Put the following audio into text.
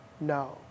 No